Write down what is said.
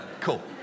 Cool